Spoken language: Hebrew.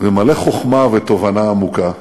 ומלא חוכמה ותובנה עמוקה.